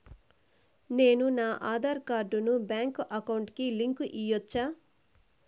నేను నా ఆధార్ కార్డును బ్యాంకు అకౌంట్ కి లింకు ఇవ్వొచ్చా?